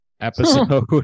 episode